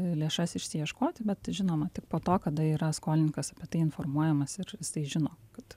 lėšas išsiieškoti bet žinoma tik po to kada yra skolininkas apie tai informuojamas ir jisai žino kad